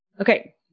Okay